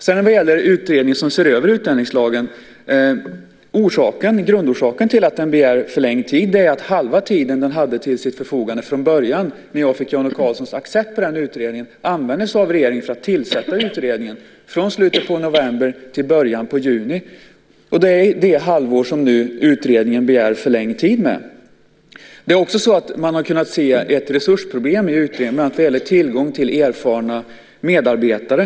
Grundorsaken till att utredningen som ser över utlänningslagen begär förlängd tid är att halva den tid som den från början hade till sitt förfogande, från det att jag fick Jan O Karlssons accept för utredningen, användes av regeringen för att tillsätta utredningen, från slutet av november till början av juni. Det är det halvår som utredningen nu begär förlängd tid med. Man har också kunnat se ett resursproblem i utredningen, bland annat när det gäller tillgången till erfarna medarbetare.